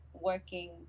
working